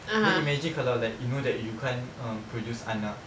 then imagine kalau like you know that you can't um produce anak